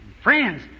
Friends